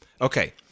Okay